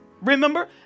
Remember